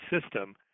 system